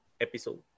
episode